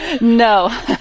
No